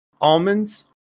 almonds